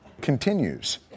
continues